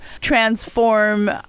transform